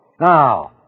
Now